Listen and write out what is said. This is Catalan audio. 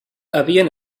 havien